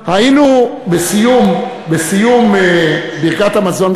היינו בסיום ברכת המזון,